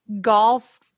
golf